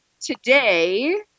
today